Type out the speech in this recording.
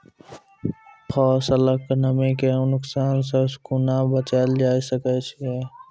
फसलक नमी के नुकसान सॅ कुना बचैल जाय सकै ये?